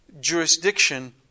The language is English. jurisdiction